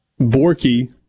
Borky